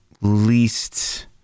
least